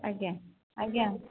ଆଜ୍ଞା ଆଜ୍ଞା